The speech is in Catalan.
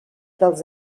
dels